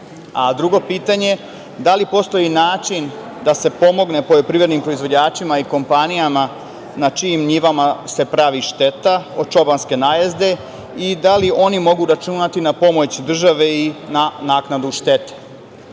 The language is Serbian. pitanje – da li postoji način da se pomogne poljoprivrednim proizvođačima i kompanijama na čijim njivama se pravi šteta od čobanske najezde i da li oni mogu računati na pomoć države i na naknadu